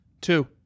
Two